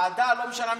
ועדה לא משנה מכרזים.